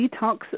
detox